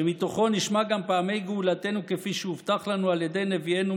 שמתוכו נשמע גם פעמי גאולתנו כפי שהובטח לנו על ידי נביאנו,